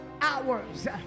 Hours